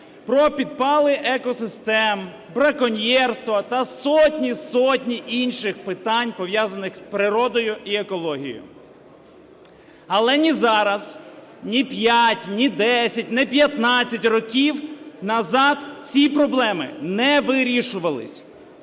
про підпали екосистем, браконьєрство та сотні, сотні інших питань, пов'язаних з природою і екологією. Але ні зараз, ні 5, ні 10, ні 15 років назад ці проблеми не вирішувались.